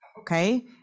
okay